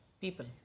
people